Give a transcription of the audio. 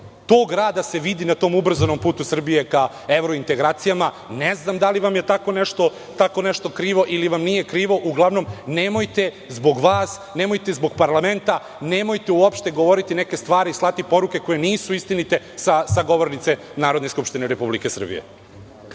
tog rada da se vidi na tom ubrzanom putu Srbije, ka evrointegracijama, ne znam da li vam je tako nešto krivo, ili vam nije krivo, uglavnom, nemojte zbog vas, nemojte zbog parlamenta, nemojte uopšte govoriti neke stvari i slati poruke koje nisu istinite, sa govornice Narodne skupštine Republike Srbije.